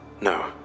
No